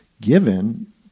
given